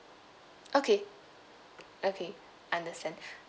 okay okay understand